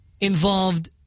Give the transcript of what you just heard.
involved